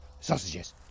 sausages